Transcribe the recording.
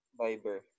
viber